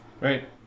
Right